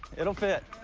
it'll fit